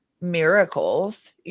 miracles